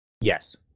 Yes